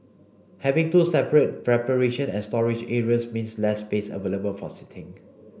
having two separate preparation and storage areas means less space available for seating